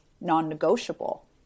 non-negotiable